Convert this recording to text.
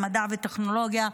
במדע וטכנולוגיה,